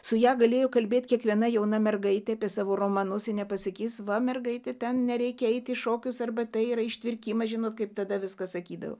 su ja galėjo kalbėti kiekviena jauna mergaitė apie savo romanus ji nepasakys va mergaite ten nereikia eiti į šokius arba tai yra ištvirkimas žinot kaip tada viską sakydavo